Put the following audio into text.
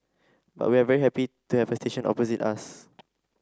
but we are very happy to have a station opposite us